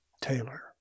Taylor